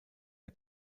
der